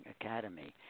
Academy